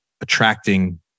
Attracting